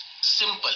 Simple